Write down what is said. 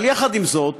אבל יחד עם זאת,